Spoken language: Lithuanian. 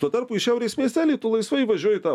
tuo tarpu į šiaurės miestelį tu laisvai įvažiuoji į tą